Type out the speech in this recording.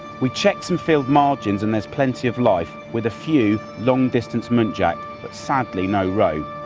we check some field margins and there is plenty of life. with a few long distance muntjac, but sadly no roe.